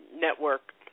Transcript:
network